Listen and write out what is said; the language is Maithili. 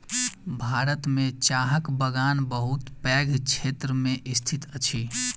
भारत में चाहक बगान बहुत पैघ क्षेत्र में स्थित अछि